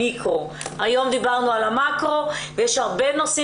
היום דיברנו על המקרו, בהמשך נדבר על המיקרו.